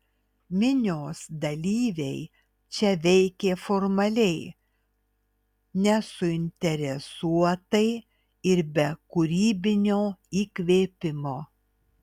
minios dalyviai čia veikė formaliai nesuinteresuotai ir be kūrybinio įkvėpimo